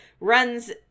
runs